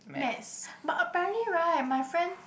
Maths but apparently right my friend